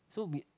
so we